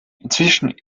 inzwischen